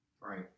Right